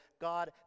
God